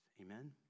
Amen